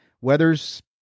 Weather's